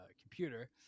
computer